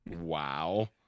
Wow